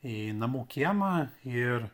į namų kiemą ir